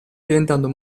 diventando